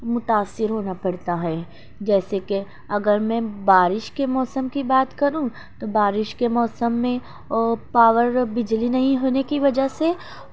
متأثر ہونا پڑتا ہے جیسے کہ اگر میں بارش کے موسم کی بات کروں تو بارش کے موسم میں پاور بجلی نہیں ہونے کی وجہ سے